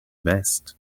vest